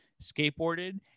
skateboarded